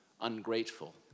ungrateful